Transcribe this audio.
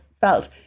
felt